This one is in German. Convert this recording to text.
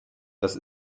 das